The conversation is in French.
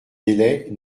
délais